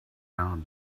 out